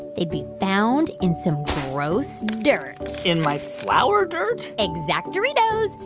they'd be found in some gross dirt in my flower dirt? exactoritos.